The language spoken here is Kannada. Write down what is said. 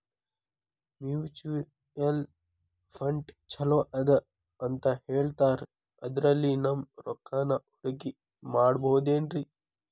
ಮ್ಯೂಚುಯಲ್ ಫಂಡ್ ಛಲೋ ಅದಾ ಅಂತಾ ಹೇಳ್ತಾರ ಅದ್ರಲ್ಲಿ ನಮ್ ರೊಕ್ಕನಾ ಹೂಡಕಿ ಮಾಡಬೋದೇನ್ರಿ?